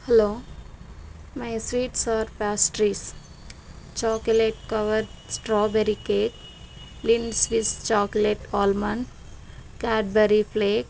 hello my sweets or pastries chocolate covered strawberry cake limes swiss chocolate almond Cadbury flake